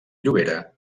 llobera